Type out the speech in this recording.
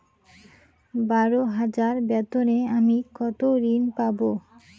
বারো হাজার বেতনে আমি কত ঋন পাব?